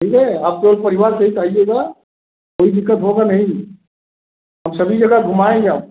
ठीक है आप पूरे परिवार सहित आइएगा कोई दिक्कत होगा नहीं हम सभी जगह घुमाएँगे आपको